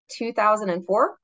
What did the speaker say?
2004